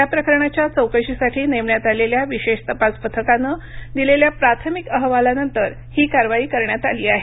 या प्रकरणाच्या चौकशीसाठी नेमण्यात आलेल्या विशेष तपास पथकानं दिलेल्या प्राथमिक अहवालानंतर ही कारवाई करण्यात आली आहे